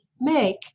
make